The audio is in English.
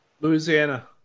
Louisiana